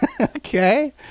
okay